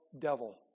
devil